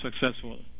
successful